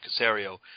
Casario